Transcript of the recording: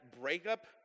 breakup